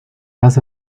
más